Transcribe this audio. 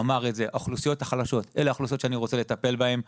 אמר את זה: האוכלוסיות החלשות אלה האוכלוסיות שאני רוצה לטפל בהן.